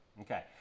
Okay